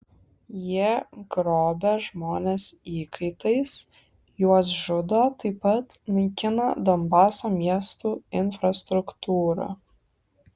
jie grobia žmones įkaitais juos žudo taip pat naikina donbaso miestų infrastruktūrą